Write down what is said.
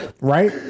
right